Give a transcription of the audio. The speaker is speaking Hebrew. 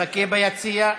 מחכה ביציע,